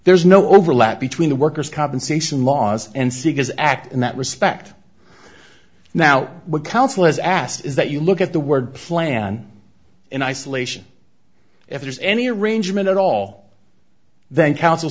there's no overlap between the workers compensation laws and seekers act in that respect now what counsel has asked is that you look at the word plan in isolation if there's any arrangement at all then coun